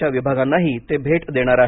च्या विभागांनाही ते भेट देणार आहेत